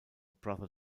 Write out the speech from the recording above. brother